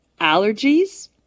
allergies